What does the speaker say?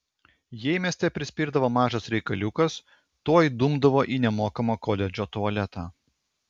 jei mieste prispirdavo mažas reikaliukas tuoj dumdavo į nemokamą koledžo tualetą